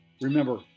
Remember